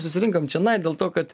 susirinkome čionai dėl to kad